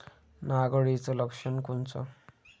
नाग अळीचं लक्षण कोनचं?